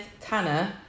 Tanner